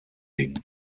ging